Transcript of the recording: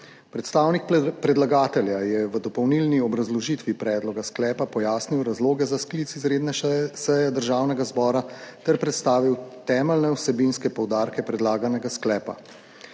Predstavnik predlagatelja je v dopolnilni obrazložitvi predloga sklepa pojasnil razloge za sklic izredne seje Državnega zbora ter predstavil temeljne vsebinske poudarke predlaganega sklepa.